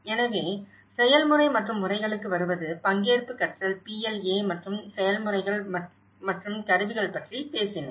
எனவே செயல்முறை மற்றும் முறைகளுக்கு வருவது பங்கேற்பு கற்றல் PLA மற்றும் செயல் முறைகள் மற்றும் கருவிகள் பற்றி பேசினோம்